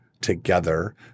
together